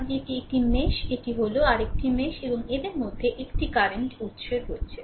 কারণ এটি একটি মেশ এটি হল আর একটি মেশ এবং এদের মধ্যে একটি কারেন্ট উত্সের রয়েছে